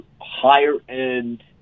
higher-end